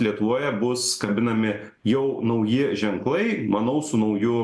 lietuvoje bus kabinami jau nauji ženklai manau su nauju